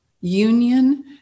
union